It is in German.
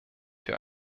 für